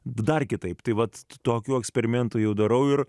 dar kitaip tai vat tokių eksperimentų jau darau ir